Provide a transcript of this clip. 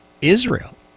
Israel